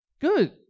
Good